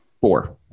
Four